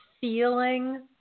feeling